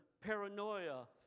paranoia